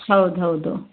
ಹೌದು ಹೌದು